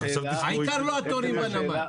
העיקר לא התורים בנמל?